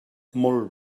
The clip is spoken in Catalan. molt